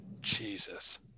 Jesus